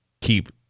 keep